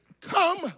Come